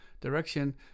direction